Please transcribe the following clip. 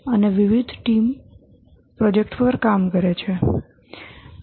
અને વિવિધ team project પર કામ કરે છે